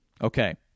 Okay